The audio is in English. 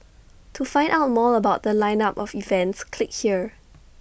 to find out more about The Line up of events click here